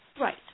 right